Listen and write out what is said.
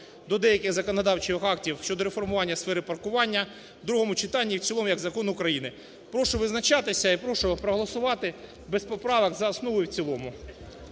до деяких законодавчих актів щодо реформування сфери паркування у другому читанні і в цілому як закон України. Прошу визначатися і прошу проголосувати без поправок за основу і в цілому.